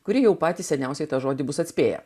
kuri jau patys seniausiai tą žodį bus atspėję